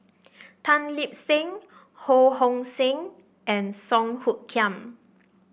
Tan Lip Seng Ho Hong Sing and Song Hoot Kiam